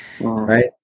right